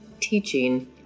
teaching